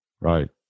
right